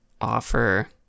offer